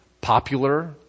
popular